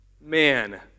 man